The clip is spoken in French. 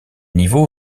niveaux